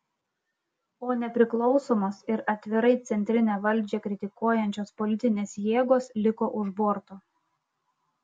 o nepriklausomos ir atvirai centrinę valdžią kritikuojančios politinės jėgos liko už borto